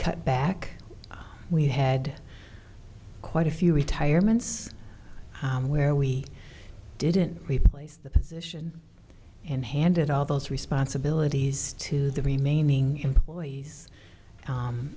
cut back we had quite a few retirements where we didn't replace the position and handed all those responsibilities to the remaining employees